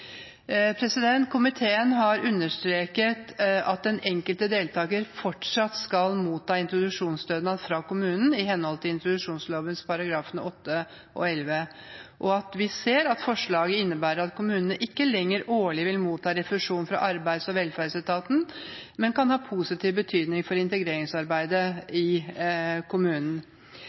henhold til introduksjonsloven §§ 8 til 11, og at vi ser at forslaget innebærer at kommunene ikke lenger årlig vil motta refusjon fra arbeids- og velferdsetaten, men kan ha positiv betydning for integreringsarbeidet i kommunen.